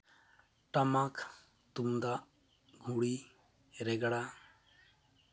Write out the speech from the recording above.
ᱴᱟᱢᱟᱠ ᱛᱩᱢᱫᱟᱜ ᱜᱷᱩᱲᱤ ᱨᱮᱜᱽᱲᱟ